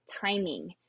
timing